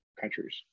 countries